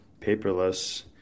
Paperless